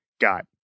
got